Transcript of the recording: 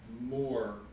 more